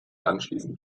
anschließend